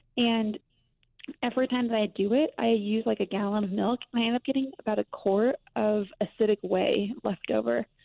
and every time but i do it i use like a gallon of milk, and i end up getting about a quart of acidic whey leftover.